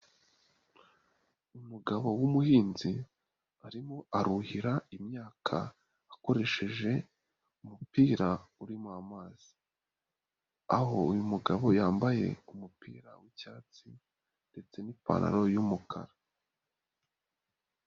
Umugabo w'umuhinzi arimo aruhira imyaka akoresheje umupira uri mu mazi. Aho uyu mugabo yambaye umupira w'icyatsi ndetse n'ipantaro y'umukara.